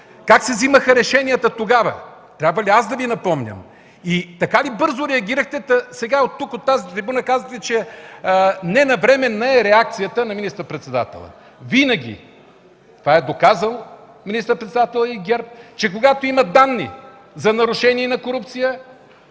Как се взимаха решенията тогава? Трябва ли аз да Ви напомням? Така ли бързо реагирахте, че сега тук, от тази трибуна, казвате, че ненавременна е реакцията на министър-председателя? Винаги – това са доказали министър-председателят и ГЕРБ – когато има данни за нарушения за корупция,